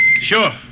Sure